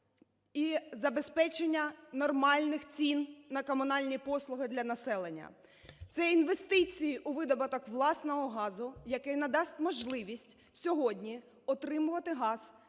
і забезпечення нормальних цін на комунальні послуги для населення; це інвестиції у видобуток власного газу, який надасть можливість сьогодні отримувати газ